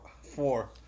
Four